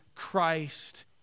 Christ